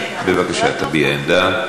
בבקשה, תביע עמדה.